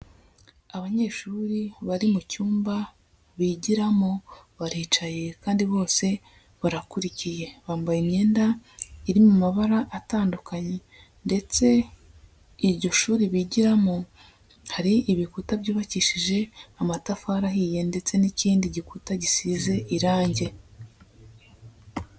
Abanyeshuri bari mu cyumba bigiramo baricaye kandi bose barakurikiye, bambaye imyenda iri mu mabara atandukanye ndetse iryo shuri bigiramo hari ibikuta byubakishije amatafari ahiye, ndetse n'ikindi gikuta gisize irange.